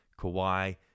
Kawhi